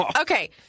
Okay